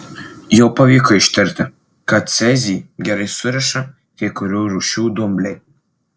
jau pavyko ištirti kad cezį gerai suriša kai kurių rūšių dumbliai